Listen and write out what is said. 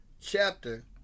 chapter